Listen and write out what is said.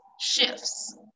shifts